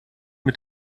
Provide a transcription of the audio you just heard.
mit